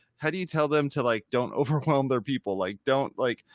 how do you tell them to like, don't overwhelm their people? like, don't like,